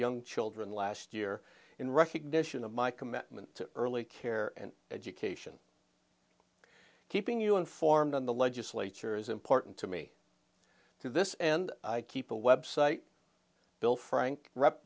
young children last year in recognition of my commitment to early care and education and keeping you informed on the legislature is important to me to this and i keep a website bill frank rep